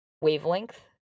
wavelength